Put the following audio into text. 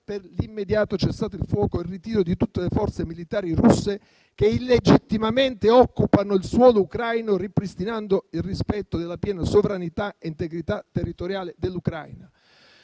per l'immediato cessate il fuoco e il ritiro di tutte le forze militari russe che illegittimamente occupano il suolo ucraino, ripristinando il rispetto della piena sovranità e integrità territoriale dell'Ucraina.